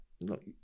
look